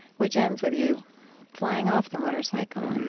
which ends with you flying off the motorcycle and